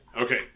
Okay